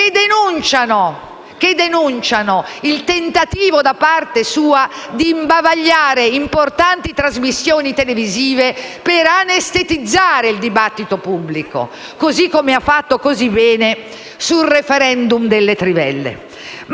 che denunciano il tentativo da parte sua di imbavagliare importanti trasmissioni televisive per anestetizzare il dibattito pubblico, come ha fatto così bene sul *referendum* delle trivelle.